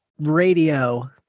radio